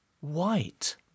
white